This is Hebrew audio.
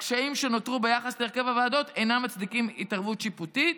הקשיים שנותרו ביחס להרכב הוועדות אינם מצדיקים התערבות שיפוטית".